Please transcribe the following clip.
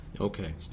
Okay